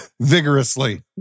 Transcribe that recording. vigorously